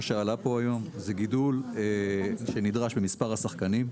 שעלה פה היום זה גידול שנדרש במספר השחקנים,